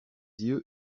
yeux